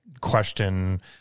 question